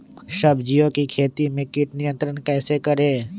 सब्जियों की खेती में कीट नियंत्रण कैसे करें?